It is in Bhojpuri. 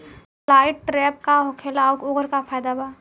लाइट ट्रैप का होखेला आउर ओकर का फाइदा बा?